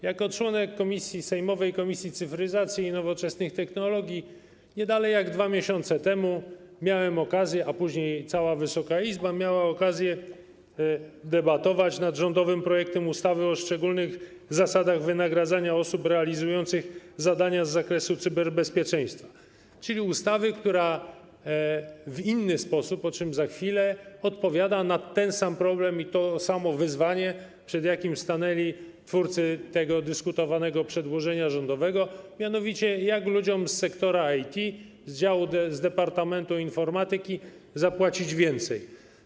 Jako członek komisji sejmowej, Komisji Cyfryzacji, Innowacyjności i Nowoczesnych Technologii, nie dalej jak 2 miesiące temu miałem okazję, a później cała Wysoka Izba miała okazję, debatować nad rządowym projektem ustawy o szczególnych zasadach wynagradzania osób realizujących zadania z zakresu cyberbezpieczeństwa, czyli ustawy, która w inny sposób, o czym za chwilę, odpowiada na ten sam problem i to samo wyzwanie, przed jakim stanęli twórcy tego dyskutowanego przedłożenia rządowego, mianowicie jak ludziom z sektora IT, z działu, z Departamentu Informatyki zapłacić więcej.